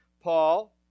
Paul